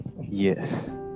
Yes